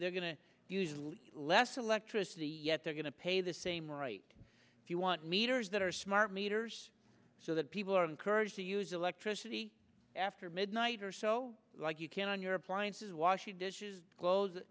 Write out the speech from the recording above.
they're going to use less electricity yet they're going to pay the same right do you want meters that are smart meters so that people are encouraged to use electricity after midnight or so like you can on your appliances washing dishes